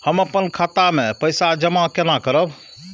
हम अपन खाता मे पैसा जमा केना करब?